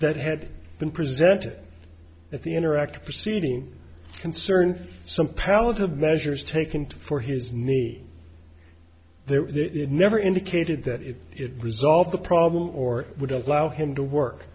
that had been presented at the interactive proceeding concerned some palette of measures taken to for his knee they never indicated that if it resolved the problem or would allow him to work